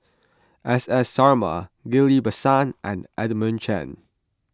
S S Sarma Ghillie Basan and Edmund Chen